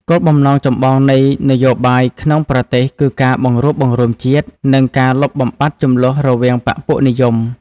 គោលបំណងចម្បងនៃនយោបាយក្នុងប្រទេសគឺការបង្រួបបង្រួមជាតិ និងការលុបបំបាត់ជម្លោះរវាងបក្សពួកនិយម។